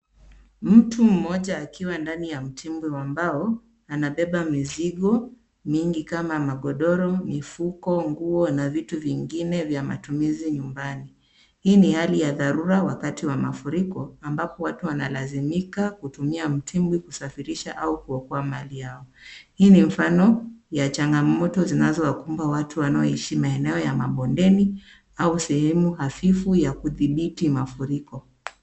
Mtu mmoja akiwa ndani ya mtimbwi wa mbao anabeba mizigo mingi kama magodoro, mifuko, nguo na vitu vingine vya matumizi nyumbani. Hii ni hali ya dharura wakati wa mafuriko ambapo watu wanalazimika kutumia mtimbwi kusafirisha au kuokoa mali yao. Hii ni mfano ya changamoto zinazowakumba watu wanaoishi maeneo ya mabondeni au sehemu hafifu ya kudhibiti mafuriko.